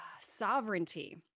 sovereignty